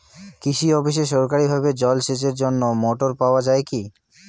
কৃষি অফিসে সরকারিভাবে জল সেচের জন্য মোটর পাওয়া যায় কি?